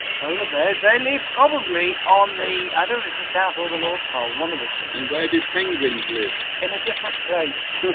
polar bears they live probably on the other is the south or the north pole one of the two and where do penguins live in a different place